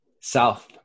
south